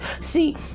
see